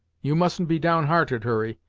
you mustn't be down hearted, hurry,